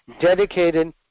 dedicated